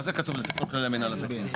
מה זה לפי כללי המינהל התקין?